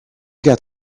got